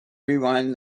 rewind